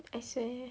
I swear